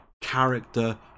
character